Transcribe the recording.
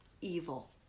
evil